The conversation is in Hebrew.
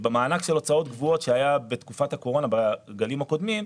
במענק של הוצאות קבועות שהיה בתקופת הקורונה בסגרים הקודמים,